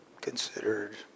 considered